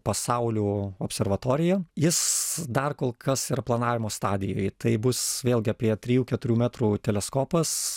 pasaulių observatorija jis dar kol kas yra planavimo stadijoj tai bus vėlgi apie trijų keturių metrų teleskopas